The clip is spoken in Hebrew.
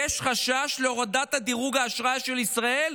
יש חשש להורדת דירוג האשראי של ישראל,